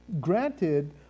granted